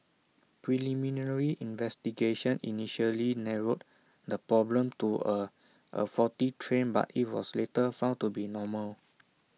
preliminary investigation initially narrowed the problem to A a faulty train but IT was later found to be normal